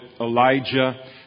Elijah